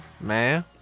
Man